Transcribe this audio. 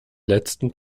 letzten